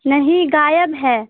نہیں غائب ہے